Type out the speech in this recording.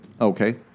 Okay